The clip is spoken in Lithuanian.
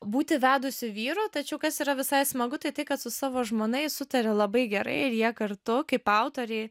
būti vedusiu vyru tačiau kas yra visai smagu tai tai kad su savo žmona jis sutaria labai gerai ir jie kartu kaip autoriai